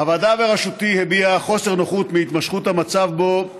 הוועדה בראשותי הביעה חוסר נוחות מהתמשכות המצב שבו